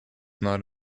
not